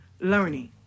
learning